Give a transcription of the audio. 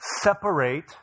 separate